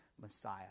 Messiah